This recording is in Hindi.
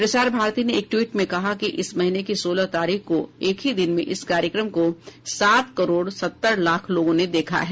प्रसार भारती ने एक ट्वीट में कहा है कि इस महीने की सोलह तारीख को एक ही दिन में इस कार्यक्रम को सात करोड़ सत्तर लाख लोगों ने देखा है